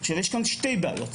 יש כאן שתי בעיות.